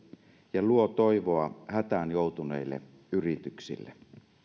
ja luo toivoa hätään joutuneille yrityksille